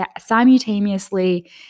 simultaneously